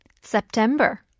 September